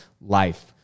life